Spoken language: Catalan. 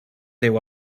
déu